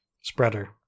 spreader